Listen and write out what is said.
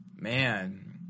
Man